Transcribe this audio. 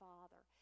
Father